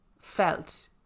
felt